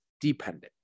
dependent